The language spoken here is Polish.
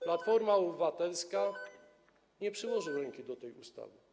Platforma Obywatelska nie przyłoży ręki do tej ustawy.